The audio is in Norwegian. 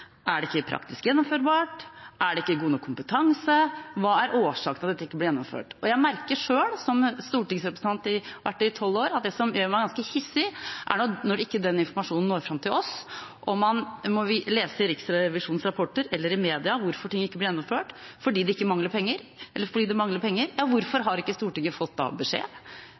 Er det ikke praktisk gjennomførbart? Er det ikke god nok kompetanse? Hva er årsaken til at dette ikke blir gjennomført? Jeg merker selv, som stortingsrepresentant i tolv år, at det som gjør meg ganske hissig, er når den informasjonen ikke når fram til oss og man må lese i Riksrevisjonens rapporter eller i media om hvorfor ting ikke er blitt gjennomført – fordi det ikke mangler penger, eller fordi det mangler penger. Hvorfor har ikke Stortinget da fått beskjed?